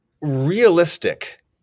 realistic